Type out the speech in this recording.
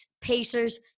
Pacers –